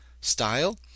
Style